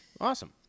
Awesome